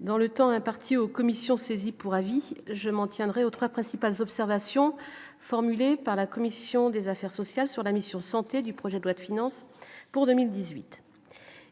dans le temps imparti aux commissions, saisie pour avis, je m'en tiendrais aux 3 principales observations formulées par la commission des affaires sociales sur la mission santé du projet de loi de finances pour 2018,